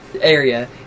area